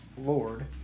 Lord